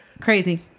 Crazy